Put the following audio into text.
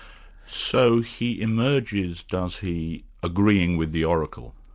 so he emerges, does he, agreeing with the oracle?